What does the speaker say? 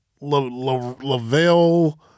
Lavelle